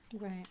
Right